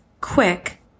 quick